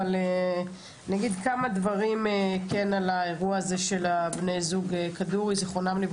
אבל אני אגיד כמה דברים על האירוע הזה של בני הזוג כדורי ז"ל,